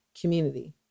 community